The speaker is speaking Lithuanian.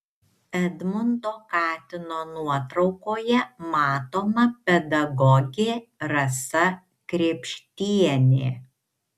edmundo katino nuotraukoje matoma pedagogė rasa krėpštienė